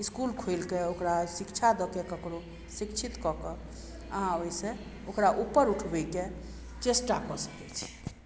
इसकुल खोलिके ओकरा शिक्षा दऽके ककरो शिक्षित कऽके अहाँ ओइसँ ओकरा उपर उठबयके चेष्टा कऽ सकय छी